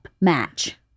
match